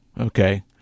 Okay